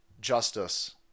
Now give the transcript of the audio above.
justice